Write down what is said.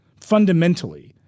fundamentally